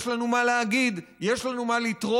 יש לנו מה להגיד, יש לנו מה לתרום.